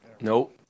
Nope